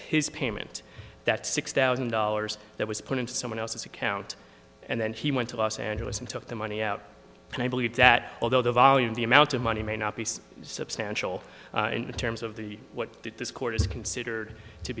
his payment that six thousand dollars that was put into someone else's account and then he went to los angeles and took the money out and i believe that although the volume the amount of money may not be so substantial in terms of the what this court is considered to